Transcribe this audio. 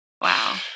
Wow